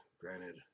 granted